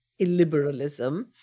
illiberalism